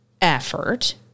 effort